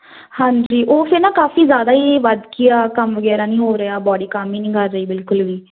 ਹਾਂਜੀ ਉਹ ਫਿਰ ਨਾ ਕਾਫੀ ਜ਼ਿਆਦਾ ਹੀ ਵੱਧ ਗਈ ਆ ਕੰਮ ਵਗੈਰਾ ਨਹੀਂ ਹੋ ਰਿਹਾ ਬੌਡੀ ਕੰਮ ਹੀ ਨਹੀਂ ਕਰ ਰਹੀ ਬਿਲਕੁਲ ਵੀ